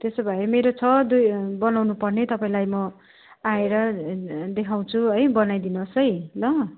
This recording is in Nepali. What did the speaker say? त्यसो भए मेरो छ दुई बनाउनु पर्ने तपाईँलाई म आएर देखाउँछु है बनाइदिनुहोस् है ल